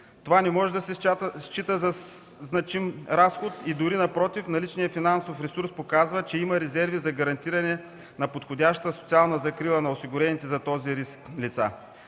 Това не може да се счита за значим разход, дори напротив – наличният финансов ресурс показва, че има резерви за гарантиране на подходяща социална закрила на осигурените за този риск лица.